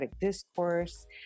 discourse